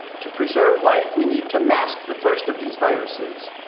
to preserve life we need to mask the first of these viruses,